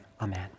Amen